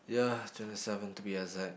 ya twenty seven to be exact